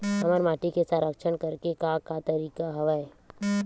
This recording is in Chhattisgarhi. हमर माटी के संरक्षण करेके का का तरीका हवय?